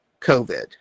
COVID